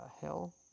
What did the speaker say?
hell